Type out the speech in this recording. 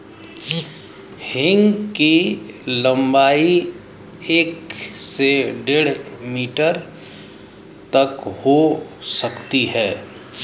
हींग की लंबाई एक से डेढ़ मीटर तक हो सकती है